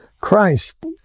Christ